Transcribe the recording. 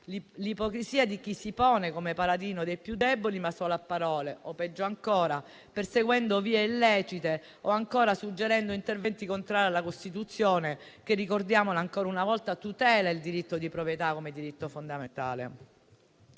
l'ipocrisia di chi si pone come paladino dei più deboli, ma solo a parole o, peggio ancora, perseguendo vie illecite o ancora suggerendo interventi contrari alla Costituzione che, ricordiamolo ancora una volta, tutela il diritto di proprietà come diritto fondamentale.